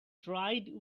tried